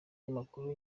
n’abanyamakuru